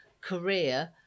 career